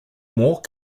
more